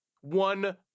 one